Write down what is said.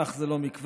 אך זה לא מכבר.